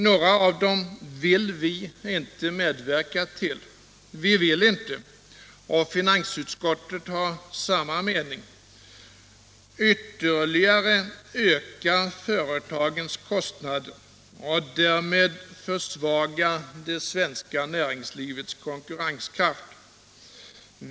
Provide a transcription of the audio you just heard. Några av förslagen vill vi inte gå med på. Vi vill inte, och finansutskottet har samma mening, ytterligare öka företagens kostnader och därmed försvaga det svenska näringslivets konkurrenskraft.